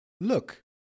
Look